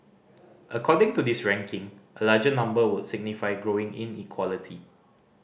according to this ranking a larger number would signify growing inequality